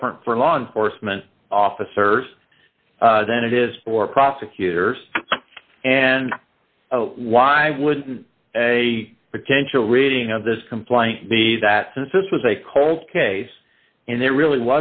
different for law enforcement officers than it is for prosecutors and why wouldn't a potential reading of this complaint be that since this was a cold case and there really